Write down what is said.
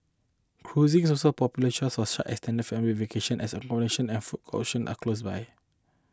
cruising is also a popular choice for such extended family vacations as accommodation and food options are close by